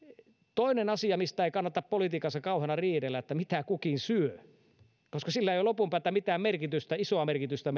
toinen asia mistä ei kannata politiikassa kauheasti riidellä on mitä kukin syö koska sillä ei ole lopun päältä mitään merkitystä isoa merkitystä